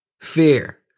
fear